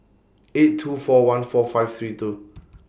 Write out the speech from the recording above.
eight two four one four five three two